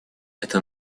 это